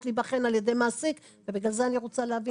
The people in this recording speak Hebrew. להיבחן על ידי מעסיק ובגלל זה אני רוצה להבין.